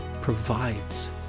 provides